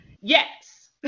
yes